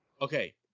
Okay